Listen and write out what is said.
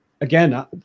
again